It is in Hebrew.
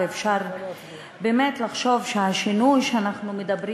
ואפשר באמת לחשוב שהשינוי שאנחנו מדברים